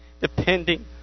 depending